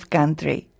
country